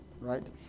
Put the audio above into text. Right